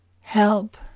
Help